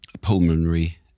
pulmonary